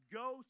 go